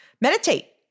meditate